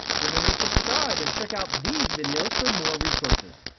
remember to subscribe and check out these videos for more resources.